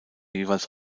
jeweils